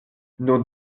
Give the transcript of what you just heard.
nos